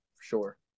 sure